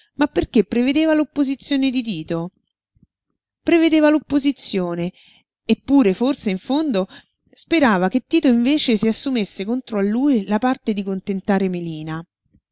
ma perché prevedeva l'opposizione di tito prevedeva l'opposizione eppure forse in fondo sperava che tito invece si assumesse contro a lui la parte di contentare melina